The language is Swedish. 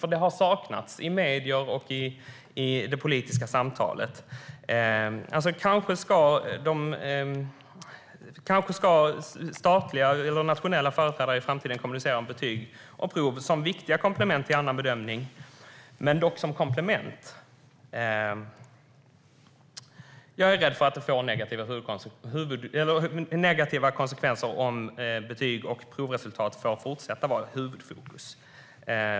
Det har nämligen saknats i medierna och i det politiska samtalet. Kanske ska statliga eller nationella företrädare i framtiden kommunicera om betyg och prov som viktiga komplement till annan bedömning, men dock som komplement. Jag är rädd för att det får negativa konsekvenser om betyg och provresultat får fortsätta att vara huvudfokus.